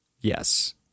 Yes